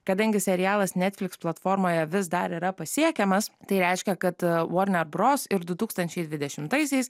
kadangi serialas netfliks platformoje vis dar yra pasiekiamas tai reiškia kad vorner bros ir du tūkstančiai dvidešimtaisiais